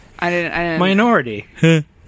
Minority